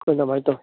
ꯑꯩꯈꯣꯏꯅ ꯑꯗꯨꯃꯥꯏꯅ ꯇꯧꯏ